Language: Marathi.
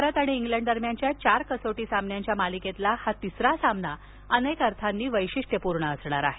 भारत आणि इंग्लंड दरम्यानच्या चार कसोटी सामन्यांच्या मालिकेतला हा तिसरा सामना अनेक अर्थांनी वैशिष्ट्यपूर्ण असणार आहे